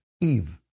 Eve